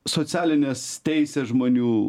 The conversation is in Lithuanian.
socialinės teisės žmonių